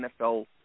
NFL